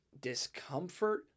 discomfort